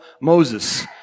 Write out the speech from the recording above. Moses